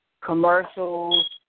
commercials